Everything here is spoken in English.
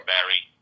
Barry